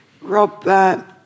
Rob